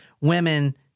women